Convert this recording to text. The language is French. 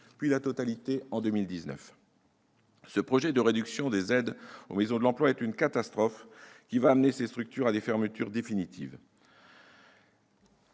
la totalité en 2019. Ce projet de réduction des aides aux maisons de l'emploi est une catastrophe qui va amener ces structures à des fermetures définitives.